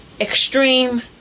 Extreme